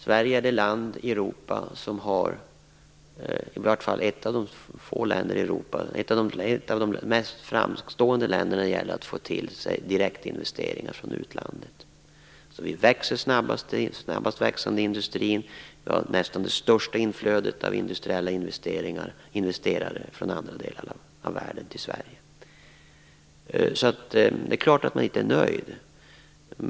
Sverige är ett av de mest framstående länderna i Europa när det gäller att dra till sig direktinvesteringar från utlandet. Så vi växer snabbast, vi har den snabbast växande industrin, och vi har i Sverige nästan det största inflödet av industriella investeringar från andra delar av världen. Det är klart att man inte är nöjd.